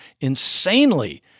insanely